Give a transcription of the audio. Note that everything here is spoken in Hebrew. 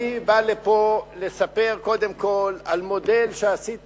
אני בא לפה לספר קודם כול על מודל שעשית